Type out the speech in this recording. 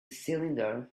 cylinder